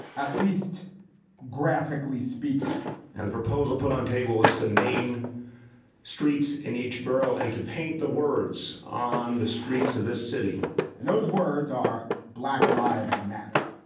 at least graphically speaking and the proposal put on table is to name streets in each borough and to paint the words on the streets of this city and those words are black lives matter.